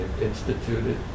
instituted